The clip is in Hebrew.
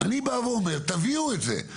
אני אומר שתביאו את זה.